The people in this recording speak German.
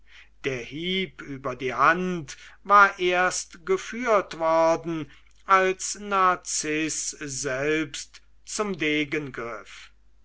der hieb über die hand war erst geführt worden als narziß selbst zum degen griff